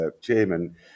Chairman